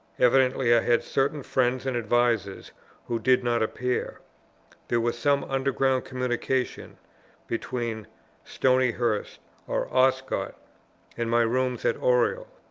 evidently, i had certain friends and advisers who did not appear there was some underground communication between stonyhurst or oscott and my rooms at oriel.